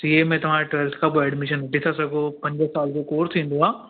CA में तव्हां twelfth खां पोइ एडमिशन वठी था सघो पंज साल जो कोर्स ईंदो आहे